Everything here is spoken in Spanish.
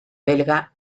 belga